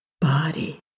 body